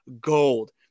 gold